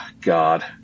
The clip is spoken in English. God